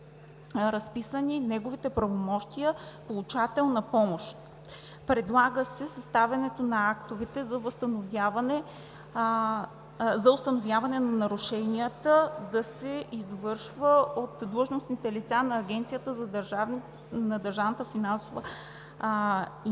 разписани неговите правомощия „получател на помощ“. Предлага се съставянето на актовете за установяване на нарушенията да се извършва от длъжностни лица на Агенцията за държавна финансова инспекция